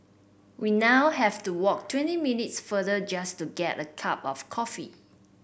we now have to walk twenty minutes further just to get a cup of coffee